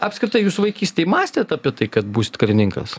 apskritai jūs vaikystėj mąstėt apie tai kad būsit karininkas